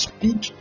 Speak